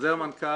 חוזר מנכ"ל,